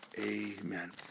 Amen